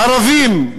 ערבים,